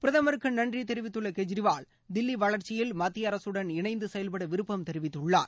பிரதமருக்கு நன்றி தெரிவித்துள்ள கெஜ்ரிவால் தில்லி வளர்ச்சியில் மத்திய அரசுடன் இணைந்து செயல்பட விருப்பம் தெரிவித்துள்ளார்